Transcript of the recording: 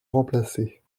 remplacés